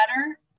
better